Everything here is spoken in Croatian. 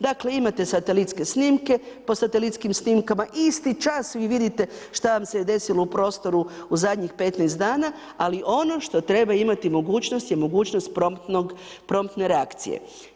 Dakle, imate satelitske snimke, po satelitskim snimkama isti čas vi vidite šta vam se je desilo u prostoru u zadnjih 15 dana, ali ono što treba imati mogućnost, je mogućnost promptne reakcije.